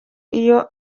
iyo